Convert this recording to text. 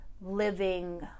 living